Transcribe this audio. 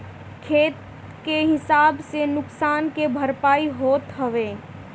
खेत के हिसाब से नुकसान के भरपाई होत हवे